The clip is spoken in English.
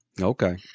Okay